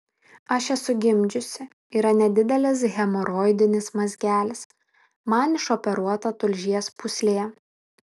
aš esu gimdžiusi yra nedidelis hemoroidinis mazgelis man išoperuota tulžies pūslė